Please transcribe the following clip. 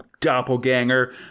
doppelganger